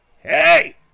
hey